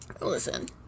Listen